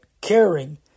caring